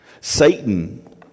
Satan